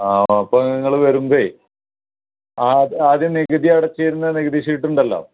ആ അപ്പം നിങ്ങൾ വരുമ്പം ആ ആദ്യം നികുതി അടച്ചിരുന്ന നികുതി ശീറ്റുണ്ടല്ലോ